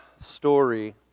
story